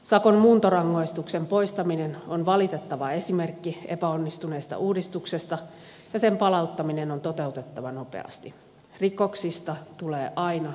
sakon muuntorangaistuksen poistaminen on valitettava esimerkki epäonnistuneesta uudistuksesta ja sen palauttaminen on toteutettava nopeasti rikoksista tulee aina seurata rangaistus